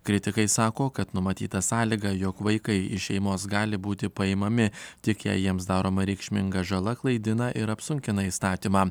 kritikai sako kad numatyta sąlyga jog vaikai iš šeimos gali būti paimami tik jei jiems daroma reikšminga žala klaidina ir apsunkina įstatymą